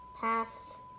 Paths